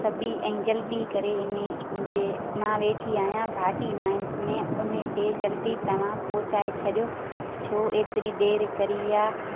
सभी ऐं जल्दी करे इन मुंहिंजे मां वेठी आहियां भाटी माइंस में उन ते जल्दी तव्हां पहुचाए छॾियो छो एतिरी देर कई आहे